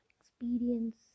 Experience